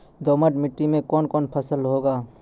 दोमट मिट्टी मे कौन कौन फसल होगा?